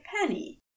penny